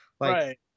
Right